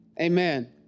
amen